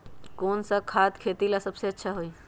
कौन सा खाद खेती ला सबसे अच्छा होई?